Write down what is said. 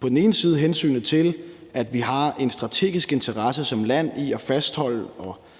På den ene side er der hensynet til, at vi har en strategisk interesse som land i at fastholde